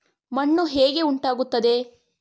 ಮಣ್ಣು ಹೇಗೆ ಉಂಟಾಗುತ್ತದೆ?